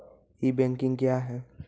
ई banking क्या हैं?